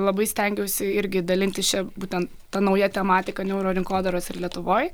labai stengiausi irgi dalintis šia būtent ta nauja tematika neurorinkodaros ir lietuvoj